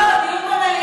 לא לא, דיון במליאה.